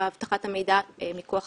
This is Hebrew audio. אנחנו רואים את זה בתרגולי סייבר.